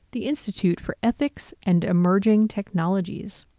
the institute for ethics and emerging technologies,